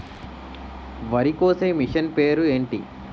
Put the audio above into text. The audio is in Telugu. వరి కోసే మిషన్ పేరు ఏంటి